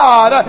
God